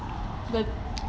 the